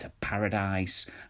paradise